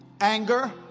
anger